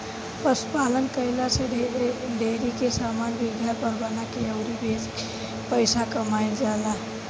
पशु पालन कईला से डेरी के समान भी घर पर बना के अउरी बेच के पईसा भी कमाईल जाला